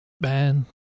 Man